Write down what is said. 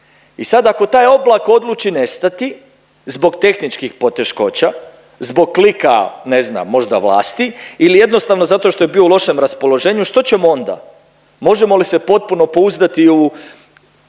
i sad ako taj oblak odluči nestati zbog tehničkih poteškoća, zbog klika ne znam možda vlasti ili jednostavno zato što je bio u lošem raspoloženju, što ćemo onda? Možemo li se potpuno pouzdati u